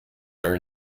are